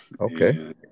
Okay